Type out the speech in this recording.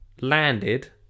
landed